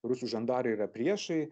rusų žandarai yra priešai